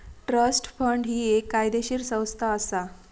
trust fund ही एक कायदेशीर संस्था असा